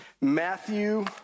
Matthew